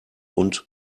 und